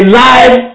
life